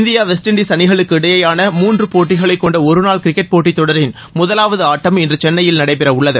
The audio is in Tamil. இந்தியா வெஸ்ட் இண்டீஸ் அணிகளுக்கு இடையேயான மூன்று போட்டிகளைக் கொண்ட ஒருநாள் கிரிக்கெட் போட்டித் தொடரின் முதலாவது ஆட்டம் இன்று சென்னையில் நடைபெறவுள்ளது